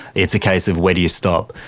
it's a case of where do you stop.